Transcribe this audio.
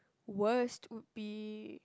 worst would be